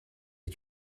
est